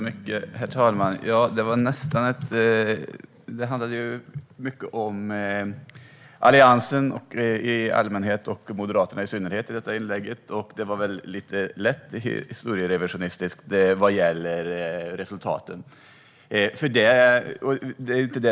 Herr talman! Detta inlägg handlade mycket om Alliansen i allmänhet och Moderaterna i synnerhet, och det var väl lite lätt historierevisionistiskt vad gäller resultaten.